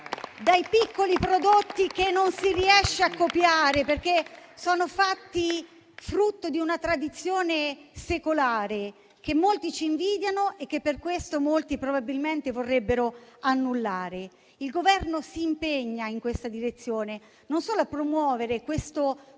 dai piccoli prodotti che non si riesce a copiare, perché sono frutto di una tradizione secolare, che molti ci invidiano e che per questo probabilmente vorrebbero annullare. Il Governo si impegna in questa direzione, e non solo per promuovere il frutto